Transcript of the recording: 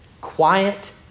Quiet